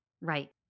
Right